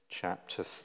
chapter